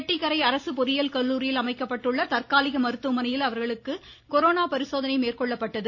செட்டிக்கரை அரசு பொறியியல் கல்லூரியில் அமைக்கப்பட்டுள்ள தற்காலிக மருத்துவமனையில் அவர்களுக்கு கொரோனா பரிசோதனை மேற்கொள்ளப்பட்டது